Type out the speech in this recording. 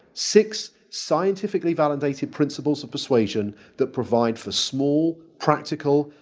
six scientifically validated principles of persuasion that provide for small practical,